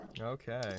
Okay